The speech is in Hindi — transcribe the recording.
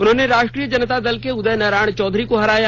उन्होंने राष्ट्रीय जनता दल के उदय नारायण चौधरी को हराया